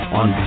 on